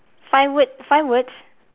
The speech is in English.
five word five words